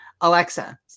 Alexa